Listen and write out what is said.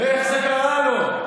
איך זה קרה לו?